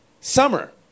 summer